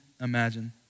imagine